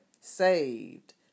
saved